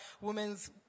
women's